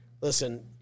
listen